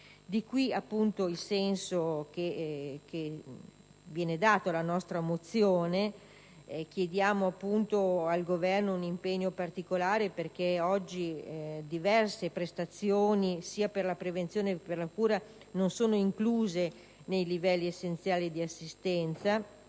origine il senso che viene dato alla nostra mozione; chiediamo appunto al Governo un impegno particolare perché oggi diverse prestazioni, sia per la prevenzione che per la cura, non sono incluse nei livelli essenziali di assistenza.